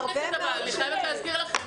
המורים יחזירו בחופש הגדול.